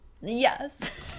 Yes